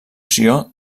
sió